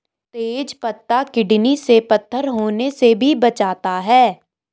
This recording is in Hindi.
तेज पत्ता किडनी में पत्थर होने से भी बचाता है